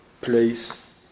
place